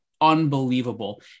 unbelievable